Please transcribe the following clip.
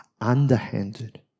underhanded